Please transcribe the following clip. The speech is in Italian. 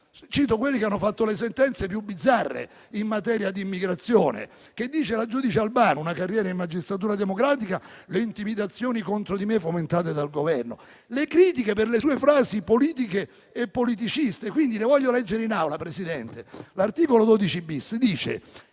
Cito quelli che hanno fatto le sentenze più bizzarre in materia di immigrazione. La giudice Albano, una carriera in Magistratura democratica, dice che le intimidazioni contro di lei sono fomentate dal Governo, così come le critiche per le sue frasi politiche e politiciste. Le voglio leggere in Aula, Presidente: l'articolo 12-*bis* dice